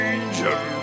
Angel